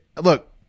look